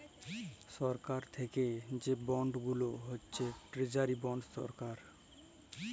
সরকারি থ্যাকে যে বল্ড গুলান হছে টেরজারি বল্ড সরকার